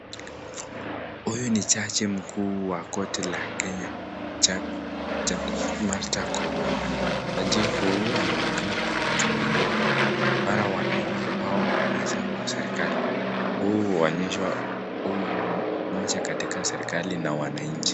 Huyu ni jaji mkuu wa korti la kenya Martha Koome jaji huyu anaonekana kuutupilia mara wananchi au maafisa wa serikali huu huonesha umoja katika serikali na wananchi.